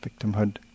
victimhood